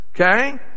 okay